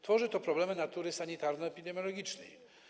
Tworzy to problemy natury sanitarno-epidemiologicznej.